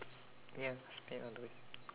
ya smart in other way